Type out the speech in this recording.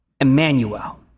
Emmanuel